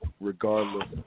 regardless